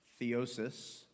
theosis